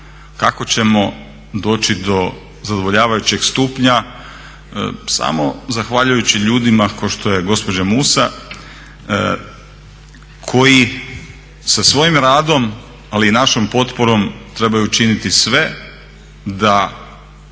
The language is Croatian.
Kako ćemo doći do zadovoljavajućeg stupnja? Samo zahvaljujući ljudima kao što je gospođa Musa koji sa svojim radom, ali i našom potporom trebaju učiniti sve da